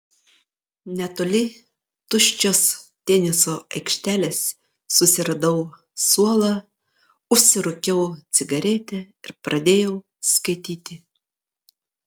netoli tuščios teniso aikštelės susiradau suolą užsirūkiau cigaretę ir pradėjau skaityti